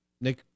Nick